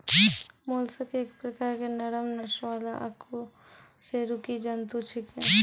mollusc एक प्रकार के नरम नस वाला अकशेरुकी जंतु छेकै